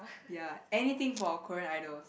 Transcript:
ya anything for Korean idols